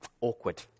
awkward